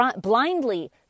blindly